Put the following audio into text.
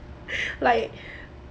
like